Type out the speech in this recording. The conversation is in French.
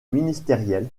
ministériels